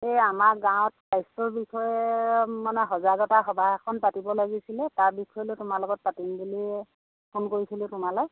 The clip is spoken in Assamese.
এই আমাৰ গাঁৱত স্বাস্থ্য বিষয়ে মানে সজাগতা সভা এখন পাতিব লাগিছিলে তাৰ বিষয় লৈ তোমাৰ লগত পাতিম বুলি ফোন কৰিছিলোঁ তোমালৈ